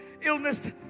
illness